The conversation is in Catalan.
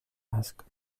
basc